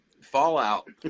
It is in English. Fallout